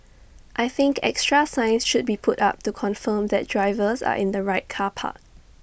I think extra signs should be put up to confirm that drivers are in the right car park